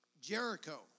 Jericho